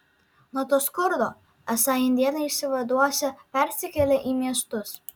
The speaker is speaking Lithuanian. nuo to skurdo esą indėnai išsivaduosią persikėlę į miestus